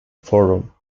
forum